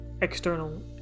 external